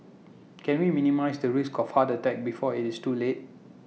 can we minimise the risk of heart attack before IT is too late